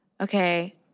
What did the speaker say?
okay—